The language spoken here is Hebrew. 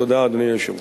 תודה, אדוני היושב-ראש.